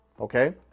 okay